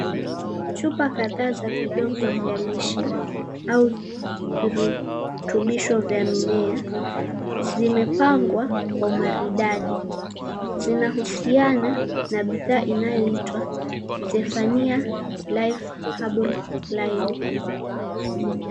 Chupa kadhaa za vidonge vya lishe au virutubisho vya mimea zimepangwa kwa umaridadi. Zinahusiana na bidhaa inayoitwa "Zefania Life Herbal Lime".